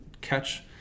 catch